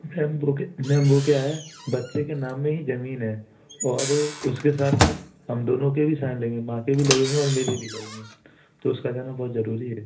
ma'am वो क्या ma'am वो क्या है बच्चे के नाम में ही ज़मीन है और उसके साथ साथ हम दोनों के भी साइन लगेंगे माँ के भी लगेंगे और मेरे भी लगेंगे तो उसका जाना बहुत ज़रूरी है